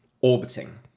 orbiting